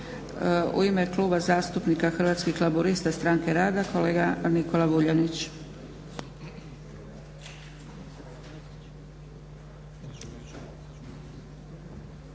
U ime Kluba zastupnika Hrvatskih laburista-Stranke rada kolega Nikola Vuljanić.